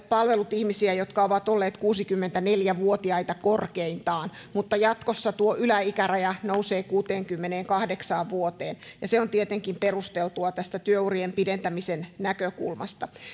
palvellut ihmisiä jotka ovat olleet kuusikymmentäneljä vuotiaita korkeintaan mutta jatkossa tuo yläikäraja nousee kuuteenkymmeneenkahdeksaan vuoteen ja se on tietenkin perusteltua työurien pidentämisen näkökulmasta